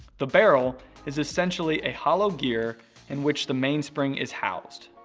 the barrel is essentially a hollow gear in which the mainspring is housed.